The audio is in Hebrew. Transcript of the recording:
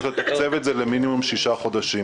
צריך לתקצב את זה למינימום שישה חודשים